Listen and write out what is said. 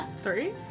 three